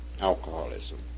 Alcoholism